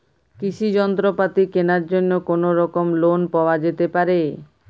কৃষিযন্ত্রপাতি কেনার জন্য কোনোরকম লোন পাওয়া যেতে পারে?